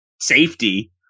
safety